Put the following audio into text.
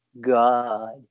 God